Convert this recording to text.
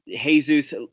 Jesus